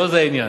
לא זה העניין.